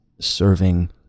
serving